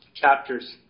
chapters